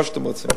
מה שאתם רוצים.